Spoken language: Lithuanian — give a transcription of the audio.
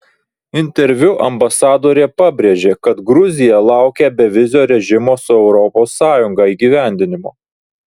interviu ambasadorė pabrėžė kad gruzija laukia bevizio režimo su europos sąjunga įgyvendinimo